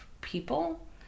people